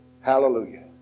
Hallelujah